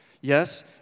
Yes